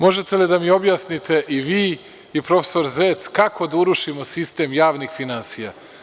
Možete li da mi objasnite i vi i profesor Zec, kako da urušimo sistem javnih finansija?